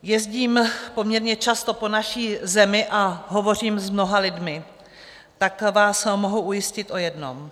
Jezdím poměrně často po naší zemi a hovořím s mnoha lidmi, tak vás mohu ujistit o jednom.